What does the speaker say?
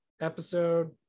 episode